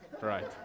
right